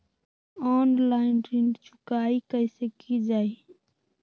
Online ऋण चुकाई कईसे की ञाई?